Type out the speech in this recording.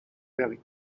very